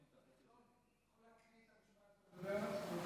אתה יכול להקריא לי את המשפט שאתה מדבר עליו?